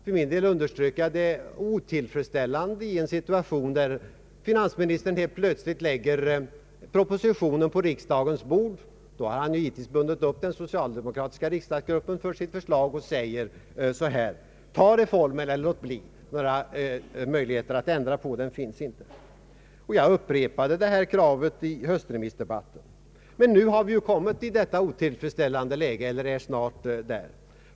För min del underströk jag det otillfredsställande i att finansministern helt plötsligt lägger propositionen på riksdagens bord — då har han givetvis bundit upp den = socialdemokratiska riksdagsgruppen för sitt förslag — och säger: ”Ta reformen eller låt bli. Några möjligheter att ändra på den finns inte.” Jag upprepade detta krav vid höstens remissdebatt. Men nu har vi hamnat i detta otillfredsställande läge, eller är snart där.